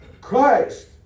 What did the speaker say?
Christ